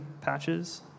patches